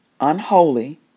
unholy